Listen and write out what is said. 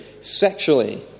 sexually